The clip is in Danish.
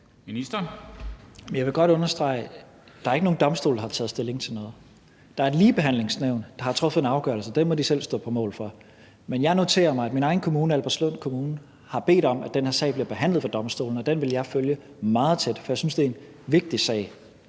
Jeg vil godt understrege, at der ikke er nogen domstol, der har taget stilling til noget. Der er et Ligebehandlingsnævn, der har truffet en afgørelse, og den må de selv stå på mål for. Men jeg noterer mig, at min egen kommune, Albertslund Kommune, har bedt om, at den her sag bliver behandlet ved domstolene – og den vil jeg følge meget tæt, for jeg synes, det er en vigtig sag.